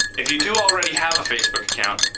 if you do already have a facebook account,